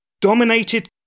dominated